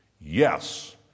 Yes